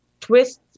twists